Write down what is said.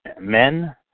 Men